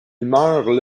meurt